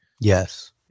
yes